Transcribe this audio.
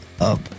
up